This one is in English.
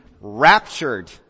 raptured